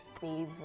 favorite